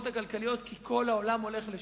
כי כל העולם הולך לשם.